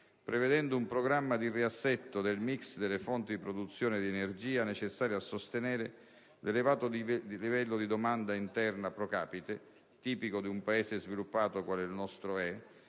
prevedendo un programma di riassetto del *mix* delle fonti di produzione di energia necessario a sostenere l'elevato livello di domanda interna *pro capite*, tipico di un Paese sviluppato quale è il nostro,